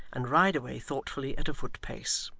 and ride away thoughtfully at a footpace.